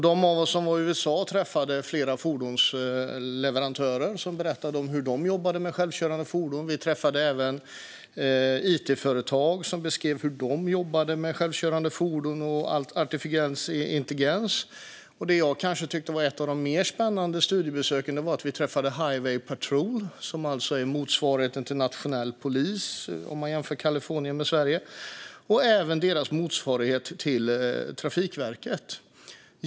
De av oss som var i USA träffade flera fordonsleverantörer som berättade om hur de jobbar med självkörande fordon, och vi träffade även it-företag som beskrev hur de jobbar med självkörande fordon och artificiell intelligens. Det jag kanske tyckte var ett av de mer spännande studiebesöken var när vi träffade Highway Patrol, som alltså är motsvarigheten till nationell polis om man jämför Kalifornien med Sverige, liksom deras motsvarighet till Trafikverket.